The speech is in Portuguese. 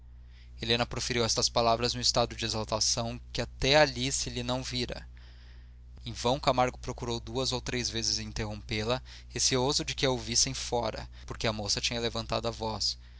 helena proferiu estas palavras num estado de exaltação que até ali se lhe não vira em vão camargo procurou duas ou três vezes interrompê la receoso de que a ouvissem fora porque a moça tinha levantado a voz